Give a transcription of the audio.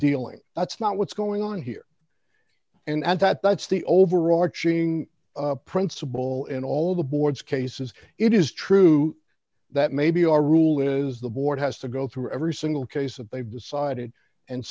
dealing that's not what's going on here and that that's the overarching principle in all the boards cases it is true that maybe our rule is the board has to go through every single case of they've decided and